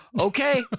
okay